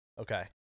Okay